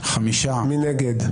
מי נגד?